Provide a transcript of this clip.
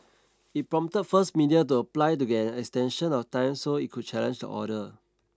it prompted first media to apply to get an extension of time so it could challenge the order